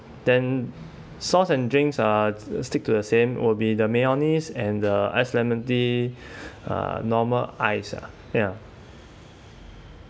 then sauce and drinks uh stick to the same will be the mayonnaise and the ice lemon tea uh normal ice uh ya